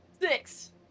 Six